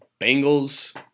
Bengals